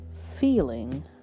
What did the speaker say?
feeling